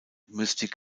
mystik